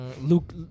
Luke